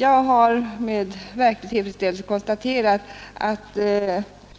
Jag har med verklig tillfredsställelse konstaterat att